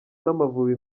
n’amavubi